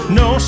no